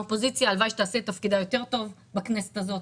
הלוואי שתעשה את תפקידה יותר טוב בכנסת הזאת.